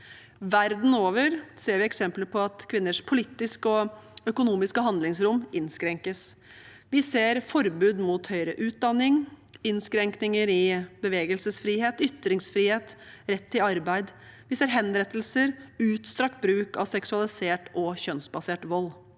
Verden over ser vi eksempler på at kvinners politiske og økonomiske handlingsrom innskrenkes. Vi ser forbud mot høyere utdanning, innskrenkninger i bevegelsesfrihet, ytringsfrihet og rett til arbeid, og vi ser henrettelser og utstrakt bruk av seksualisert og kjønnsbasert vold.